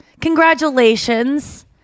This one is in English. congratulations